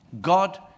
God